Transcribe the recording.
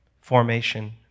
formation